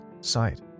sight